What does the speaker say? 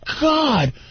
God